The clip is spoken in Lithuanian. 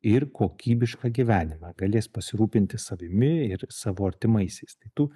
ir kokybišką gyvenimą galės pasirūpinti savimi ir savo artimaisiais tai tų